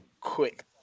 quick